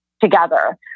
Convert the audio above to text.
together